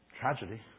Tragedy